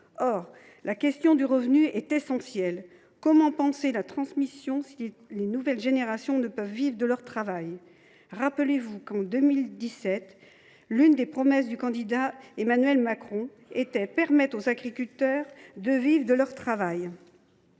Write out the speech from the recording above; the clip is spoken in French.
Or la question du revenu est essentielle. Comment penser la transmission si les nouvelles générations ne peuvent vivre de leur travail ? Rappelez vous qu’en 2017 l’une des promesses du candidat Emmanuel Macron était de « permettre aux agriculteurs de vivre de leur travail ».